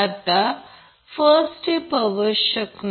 आता first step आवश्यक नाही